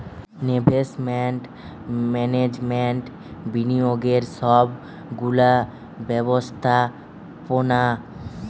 investment management বিনিয়োগের সব গুলা ব্যবস্থাপোনা